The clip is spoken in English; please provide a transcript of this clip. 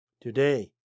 Today